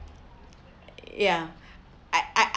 ya I I